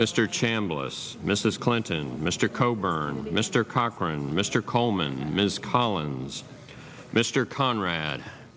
mr chambliss mrs clinton mr coburn mr cochran mr coleman ms collins mr conrad